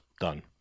done